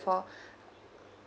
for